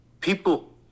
People